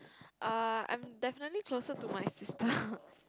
err I'm definitely closer to my sister